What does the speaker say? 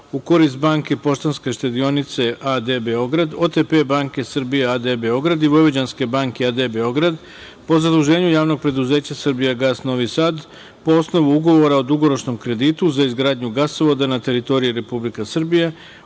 u korist Banke Poštanske štedionice a.d. Beograd, OTP banke Srbija a.d. Beograd i Vojvođanske banke a.d. Beograd po zaduženju Javnog preduzeća „Srbijagas“ Novi Sad po osnovu ugovora o dugoročnom kreditu za izgradnju gasovoda na teritorije Republike Srbije